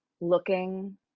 looking